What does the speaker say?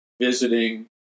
visiting